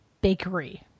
Bakery